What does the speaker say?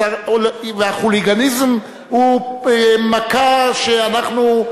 חוליגניזם הוא מכה שאנחנו,